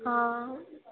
ਹਾਂ